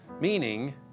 Meaning